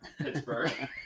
Pittsburgh